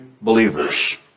believers